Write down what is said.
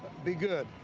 be good.